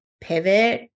pivot